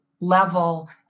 level